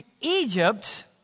Egypt